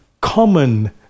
common